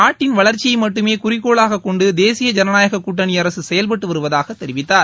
நாட்டின் வளர்ச்சியை மட்டுமே குறிக்கோளாக கொண்டு தேசிய ஜனநாயகக் கூட்டணி அரசு செயல்பட்டு வருவதாக் தெரிவித்தார்